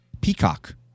Peacock